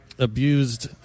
abused